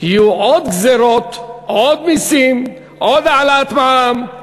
יהיו עוד גזירות, עוד מסים, עוד העלאת מע"מ.